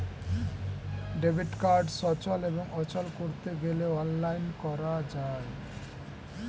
debit card সচল এবং অচল করতে গেলে অনলাইন করা যায়